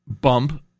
bump